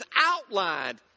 outlined